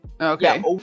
Okay